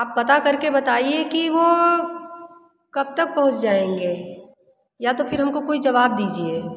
आप पता करके बताइए कि वो कब तक पहुँच जाएंगे या तो फिर हमको कोई जवाब दीजिए